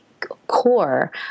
core